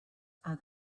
other